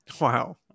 Wow